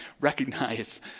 recognize